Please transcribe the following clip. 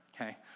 okay